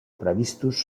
previstos